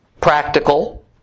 practical